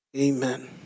Amen